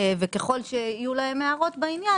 וככול שיהיו להם הערות בעניין,